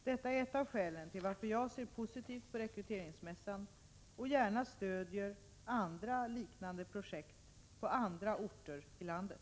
Detta är ett av skälen till att jag ser positivt på rekryteringsmässan och gärna stöder andra liknande projekt på andra orter i landet.